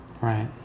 Right